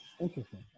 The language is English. Interesting